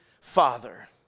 Father